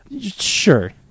Sure